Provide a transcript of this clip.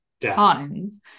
tons